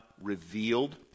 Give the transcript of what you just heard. revealed